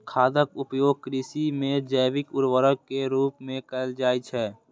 खादक उपयोग कृषि मे जैविक उर्वरक के रूप मे कैल जाइ छै